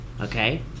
okay